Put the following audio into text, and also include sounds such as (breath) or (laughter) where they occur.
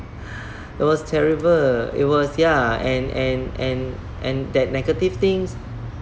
(breath) it was terrible it was ya and and and and that negative things